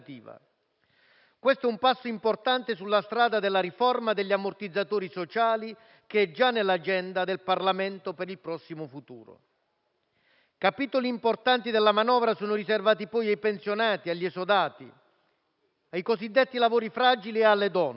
Questo è un passo importante sulla strada della riforma degli ammortizzatori sociali che è già nell'agenda del Parlamento per il prossimo futuro. Capitoli importanti della manovra sono riservati poi ai pensionati e agli esodati, ai cosiddetti lavoratori fragili e alle donne